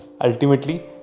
Ultimately